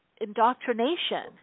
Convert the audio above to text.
indoctrination